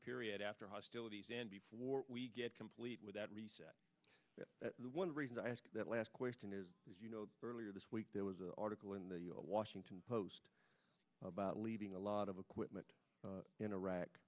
period after hostilities and before we get complete with that reset the one reason i asked that last question is as you know earlier this week there was an article in the washington post about leaving a lot of equipment in iraq